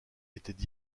étaient